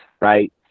right